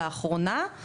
לאחרונה.